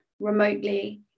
remotely